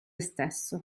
stesso